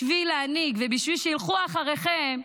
בשביל להנהיג ובשביל שילכו אחריכם,